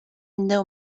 know